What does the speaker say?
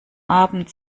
abend